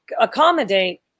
accommodate